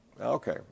okay